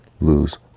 lose